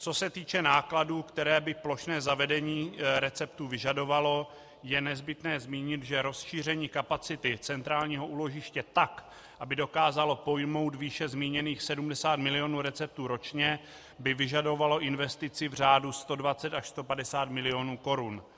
Co se týče nákladů, které by plošné zavedení receptů vyžadovalo, je nezbytné zmínit, že rozšíření kapacity centrálního úložiště tak, aby dokázalo pojmout výše zmíněných 70 milionů receptů ročně, by vyžadovalo investici v řádu 120 až 150 milionů korun.